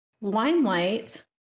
limelight